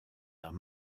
arts